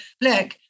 look